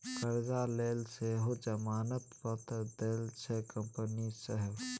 करजा लेल सेहो जमानत पत्र दैत छै कंपनी सभ